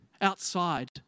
outside